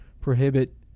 prohibit